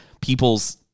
people's